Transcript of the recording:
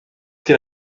get